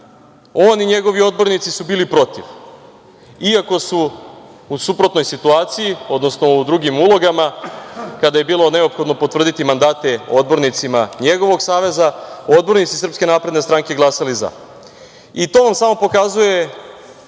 on i njegovi odbornici su bili protiv, iako su u suprotnoj situaciji, odnosno u drugim ulogama, kada je bilo neophodno potvrditi mandate odbornicima njegovog Saveza, odbornici SNS glasali za. To vam samo pokazuje